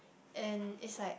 and it's like